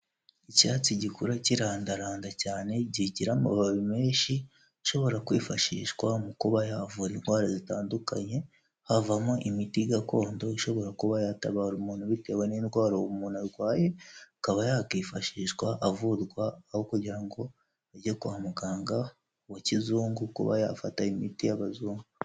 Icyatsi gikura kirandaranda cyane kigira amababi menshi ashobora kwifashishwa mu kuba yavura indwara zitandukanye, havamo imiti gakondo ishobora kuba yatabara umuntu bitewe n'indwara umuntu arwaye, akaba yakwifashishwa avurwa aho kugira ngo ajye kwa muganga. wa kizungu kuba yafata imiti y'abazungu.